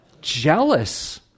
Jealous